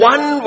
One